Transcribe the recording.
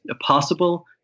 possible